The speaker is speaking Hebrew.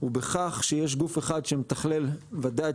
הוא בכך שיש גוף אחד שמתכלל ודאי את